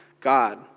God